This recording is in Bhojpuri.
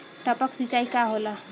टपक सिंचाई का होला?